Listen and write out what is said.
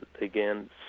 again